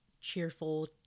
cheerful